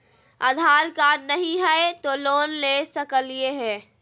आधार card नही हय, तो लोन ले सकलिये है?